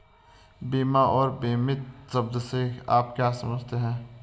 बीमा और बीमित शब्द से आप क्या समझते हैं?